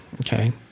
Okay